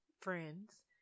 friends